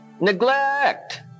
neglect